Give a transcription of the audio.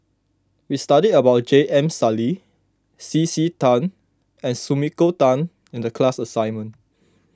we studied about J M Sali C C Tan and Sumiko Tan in the class assignment